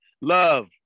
Love